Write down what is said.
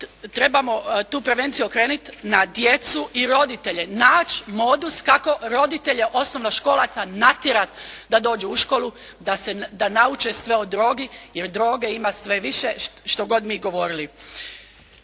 trebamo tu prevenciju okrenit na djecu i roditelje. Nać' modus kako roditelje osnovnoškolaca natjerat da dođu u školu, da nauče sve o drogi, jer droge ima sve više, što god mi govorili.